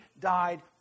died